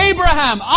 Abraham